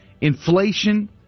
Inflation